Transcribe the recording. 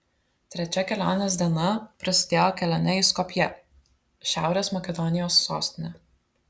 trečia kelionės diena prasidėjo kelione į skopję šiaurės makedonijos sostinę